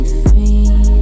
free